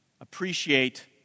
appreciate